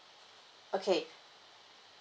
okay